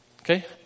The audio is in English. Okay